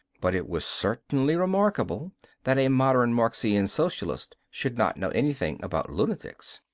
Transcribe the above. but it was certainly remarkable that a modern marxian socialist should not know anything about lunatics.